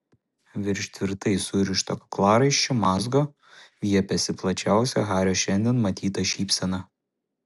virš tvirtai surišto kaklaraiščio mazgo viepėsi plačiausia hario šiandien matyta šypsena